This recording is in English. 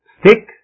stick